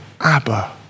Abba